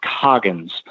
Coggins